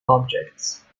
objects